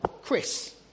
Chris